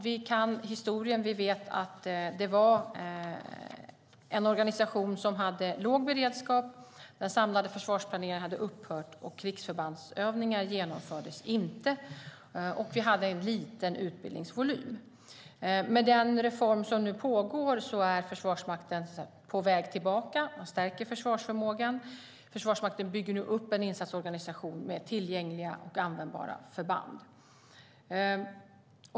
Vi kan historien och vet att det var en organisation som hade låg beredskap. Den samlade försvarsplaneringen hade upphört och krigsförbandsövningar genomfördes inte. Vi hade också en liten utbildningsvolym. Med den reform som nu pågår är Försvarsmakten på väg tillbaka. Man stärker försvarsförmågan. Försvarsmakten bygger nu upp en insatsorganisation med tillgängliga och användbara förband.